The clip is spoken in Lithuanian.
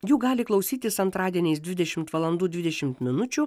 jų gali klausytis antradieniais dvidešimt valandų dvidešimt